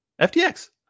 FTX